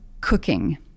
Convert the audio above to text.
cooking